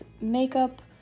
makeup